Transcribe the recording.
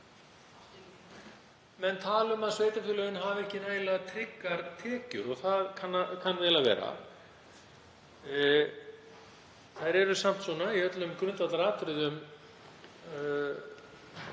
Menn tala um að sveitarfélögin hafi ekki nægilega tryggar tekjur og það kann vel að vera. Þær eru samt í öllum grundvallaratriðum